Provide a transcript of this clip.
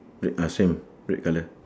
red ah same red colour